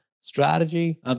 strategy